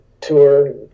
tour